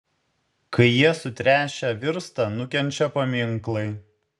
kai jie sutręšę virsta nukenčia paminklai